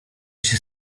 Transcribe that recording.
się